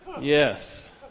Yes